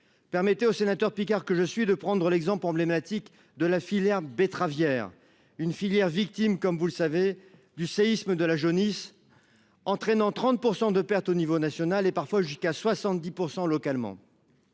permettait aux sénateurs Picard que je suis de prendre l'exemple emblématique de la filière betteravière une filière victimes comme vous le savez du séisme de la jaunisse. Entraînant 30% de perte au niveau national et parfois jusqu'à 70% localement.